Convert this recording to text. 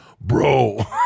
bro